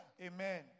Amen